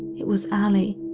it was allie.